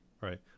Right